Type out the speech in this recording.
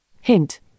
Hint